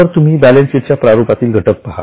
तर तुम्ही बॅलेन्सशीटच्या प्रारूपातील घटक पहा